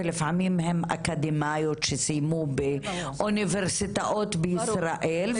ולפעמים הן אקדמאיות שסיימו באוניברסיטאות בישראל,